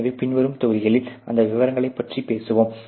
எனவே பின்வரும் தொகுதிகளில் அந்த விவரங்களைப் பற்றி பேசுவோம்